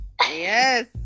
Yes